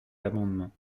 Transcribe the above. amendement